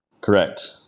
Correct